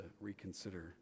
reconsider